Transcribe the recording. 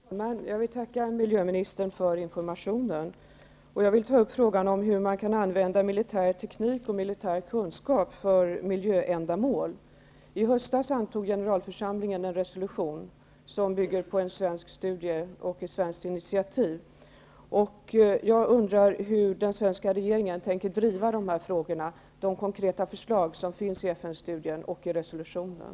Fru talman! Jag vill tacka miljöministern för informationen. Jag vill ta upp frågan om hur man kan använda militär teknik och militär kunskap för miljöändamål. I höstas antog Generalförsamlingen en resolution som bygger på en svensk studie och ett svenskt initiativ. Hur tänker den svenska regeringen driva dessa frågor, dvs. de konkreta förslag som finns i FN-studien och i resolutionen?